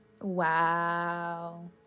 wow